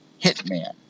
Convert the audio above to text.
hitman